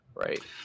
right